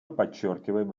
подчеркиваем